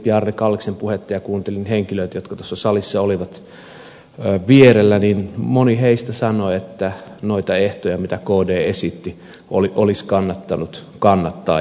bjarne kalliksen puhetta ja kuuntelin henkilöitä jotka tässä salissa olivat vierellä niin moni heistä sanoi että noita ehtoja joita kd esitti olisi kannattanut kannattaa